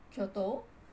kyoto